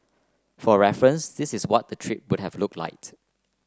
for reference this is what the trip would have looked like